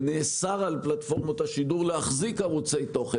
ונאסר על פלטפורמת השידור להחזיק ערוצי תוכן.